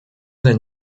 than